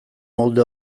molde